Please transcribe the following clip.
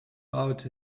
out